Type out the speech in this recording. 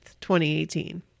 2018